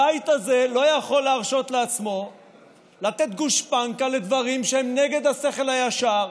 הבית הזה לא יכול להרשות לעצמו לתת גושפנקה לדברים שהם נגד השכל הישר,